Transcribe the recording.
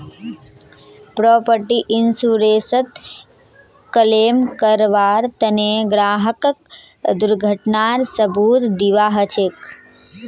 property इन्शुरन्सत claim करबार तने ग्राहकक दुर्घटनार सबूत दीबा ह छेक